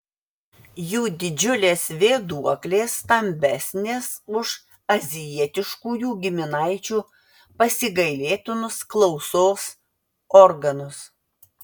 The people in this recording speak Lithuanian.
jų didžiulės vėduoklės stambesnės už azijietiškųjų giminaičių pasigailėtinus klausos organus